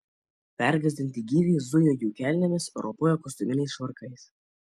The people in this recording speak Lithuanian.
pergąsdinti gyviai zujo jų kelnėmis ropojo kostiuminiais švarkais